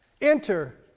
Enter